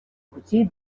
путей